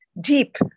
deep